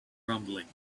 rumbling